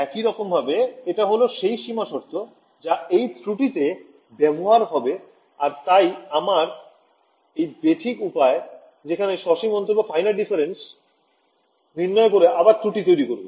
একইরকম ভাবে এটা হল সেই সীমা শর্ত যা এই ত্রুটি তে ব্যবহার হবে আর তাই আমার এই বেঠিক উপায় যেখানে সসীম পার্থক্য নির্ণয় করে আবার ত্রুটি তৈরি করবে